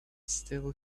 still